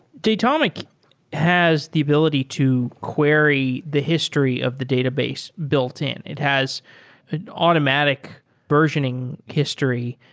datomic has the ability to query the history of the database built-in. it has an automatic versioning history.